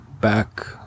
back